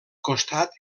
costat